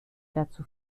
dazu